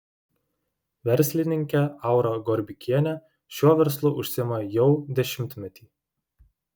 verslininkė aura gorbikienė šiuo verslu užsiima jau dešimtmetį